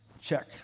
Check